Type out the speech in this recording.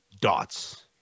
dots